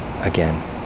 again